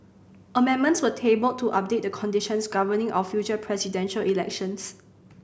amendments were tabled to update the conditions governing our future presidential elections